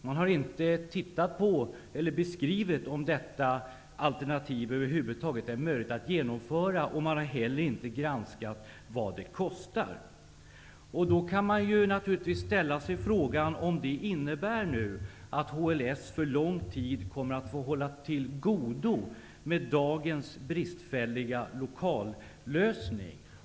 Man har inte undersökt och beskrivit om detta alternativ går att genomföra. Man har inte heller över huvud taget granskat vad förslaget kostar. Man kan då ställa sig frågan: Innebär det att HLS för lång tid måste hålla till godo med dagens bristfälliga lokallösning?